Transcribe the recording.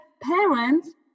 parents